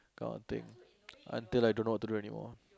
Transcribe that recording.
that kind of thing until I don't know what to do anymore